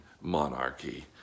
monarchy